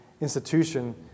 institution